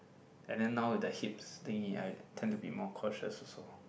and then now with the hips thingy I tend to be more cautious also